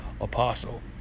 apostle